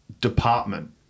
department